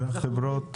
ו החברות מכשירות.